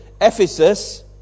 Ephesus